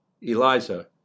Eliza